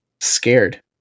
scared